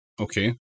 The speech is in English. Okay